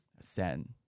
send